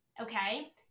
Okay